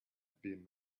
been